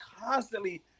constantly